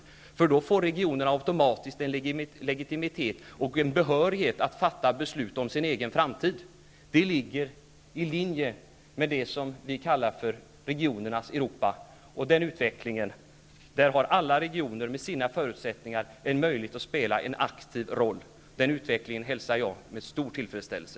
Då får nämligen regionerna automatiskt en legitimitet och en behörighet att fatta beslut om sin egen framtid. Det ligger i linje med det vi kallar regionernas Europa, och i den utvecklingen har alla regioner med sina förutsättningar en möjlighet att spela en aktiv roll. Den utvecklingen hälsar jag med stor tillfredsställelse.